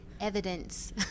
evidence